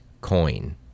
coin